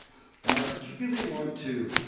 and i particularly want to